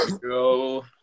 Go